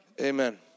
amen